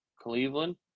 Cleveland